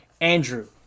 Andrew